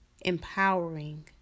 empowering